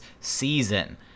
season